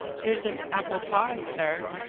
there's an apple pie, sir.